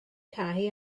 cau